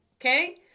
Okay